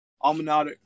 almanac